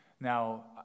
Now